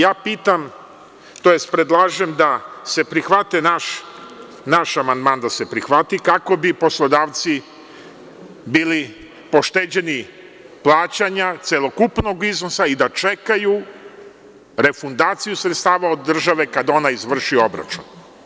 Ja pitam, tj. predlažem da se prihvati naš amandman, kako bi poslodavci bili pošteđeni plaćanja celokupnog iznosa i da čekaju refundaciju sredstava od države kad ona izvrši obračun.